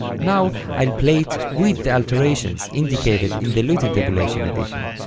now i'll play it with the alterations indicated in the lute intabulation edition.